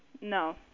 No